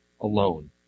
alone